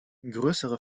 größere